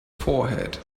forehead